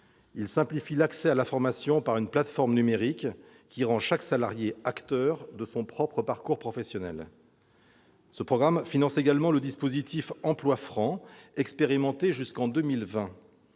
la simplification de l'accès à la formation grâce à une plateforme numérique qui rend chaque salarié acteur de son parcours professionnel. Le programme 103 finance également le dispositif des emplois francs, expérimenté jusqu'en 2020,